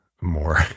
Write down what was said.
more